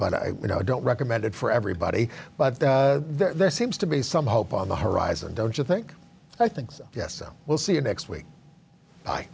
but i don't recommend it for everybody but there seems to be some hope on the horizon don't you think i think so yes so we'll see you next week